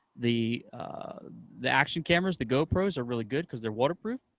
the the action cameras, the gopros, are really good because they're waterproof.